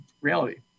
reality